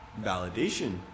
validation